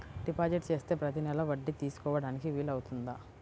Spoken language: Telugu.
డిపాజిట్ చేస్తే ప్రతి నెల వడ్డీ తీసుకోవడానికి వీలు అవుతుందా?